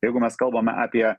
jeigu mes kalbame apie